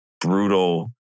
brutal